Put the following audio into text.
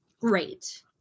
great